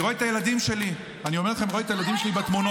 אתם מטפסים על הגב שלהם, אתם מטפסים על